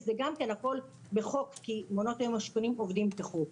גם זה בחוק, כי מעונות השיקומיים עובדים כחוק.